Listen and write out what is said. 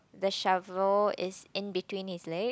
the shovel is in between his leg